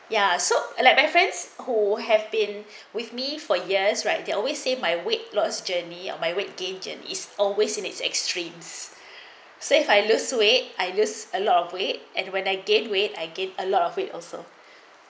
ya so like my friends who have been with me for years right they always say my weight loss journey or my weight gain journeys always in its extremes say if I lose weight I lose a lot of weight and when a gain weight I gained a lot of it also